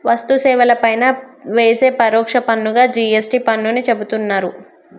వస్తు సేవల పైన వేసే పరోక్ష పన్నుగా జి.ఎస్.టి పన్నుని చెబుతున్నరు